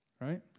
Right